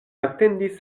atendis